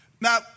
Now